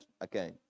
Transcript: again